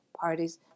parties